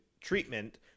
treatment